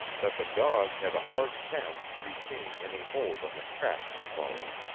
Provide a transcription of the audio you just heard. that the dog had a hard task to retain any hold on the track he followed.